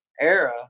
Era